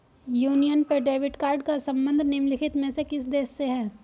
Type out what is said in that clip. Union Pay debit card का संबंध निम्नलिखित में से किस देश से है?